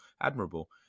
admirable